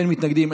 אין מתנגדים,